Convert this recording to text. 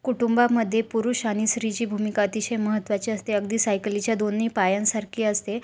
कुटुंबामध्ये पुरुष आणि स्त्रीची भूमिका अतिशय महत्त्वाची असते अगदी सायकलीच्या दोन्ही पायांसारखी असते